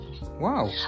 wow